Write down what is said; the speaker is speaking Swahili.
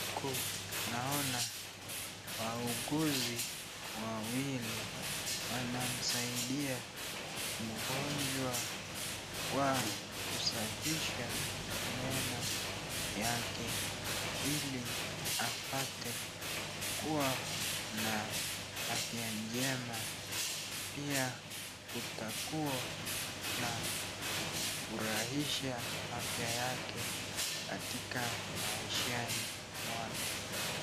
Niko naona wauguzi wawili wanamsaidia mgonjwa kwa kusafisha meno yake ili apate kuwa na afya njema. Pia kutakuwa na kufurahisha afya yake katika maishani mwake.